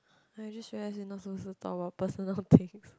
I just realise we not supposed to talk about personal things